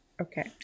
Okay